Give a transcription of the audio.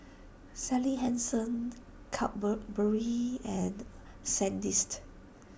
Sally Hansen Cadbury and Sandist